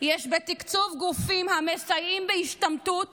יש בתקצוב גופים המסייעים בהשתמטות